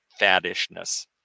faddishness